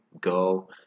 go